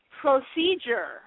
procedure